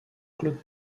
claude